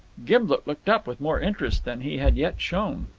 gimblet looked up with more interest than he had yet shown.